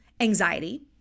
anxiety